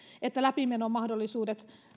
että läpimenomahdollisuudet